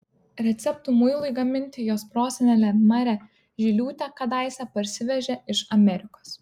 receptų muilui gaminti jos prosenelė marė žiliūtė kadaise parsivežė iš amerikos